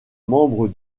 membre